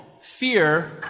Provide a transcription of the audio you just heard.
fear